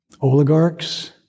oligarchs